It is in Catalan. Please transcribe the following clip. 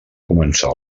començar